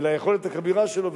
וליכולת הכבירה שלו,